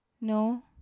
No